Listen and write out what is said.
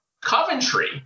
Coventry